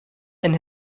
and